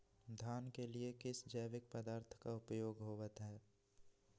धान के लिए किस जैविक पदार्थ का उपयोग होवत है?